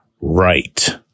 right